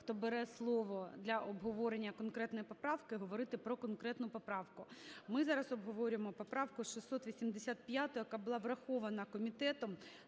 хто бере слово для обговорення конкретної поправки, говорити про конкретну поправку. Ми зараз обговорюємо поправку 685, яка була врахована комітетом,